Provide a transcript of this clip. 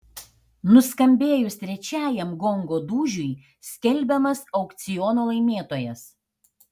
nuskambėjus trečiajam gongo dūžiui skelbiamas aukciono laimėtojas